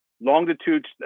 longitude